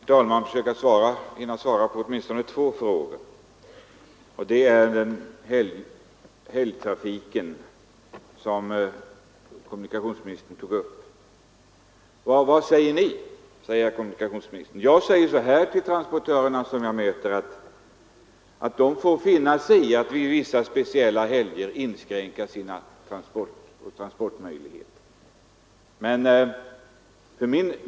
Herr talman! Jag skall försöka hinna med att svara på åtminstone två frågor. Den första frågan gäller helgtrafiken, som kommunikationsministern här tog upp. Jag säger så här till de transportörer jag talar med, sade kommunikationsministern, att ni vid vissa speciella helger får finna er i inskränkta transportmöjligheter.